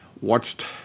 watched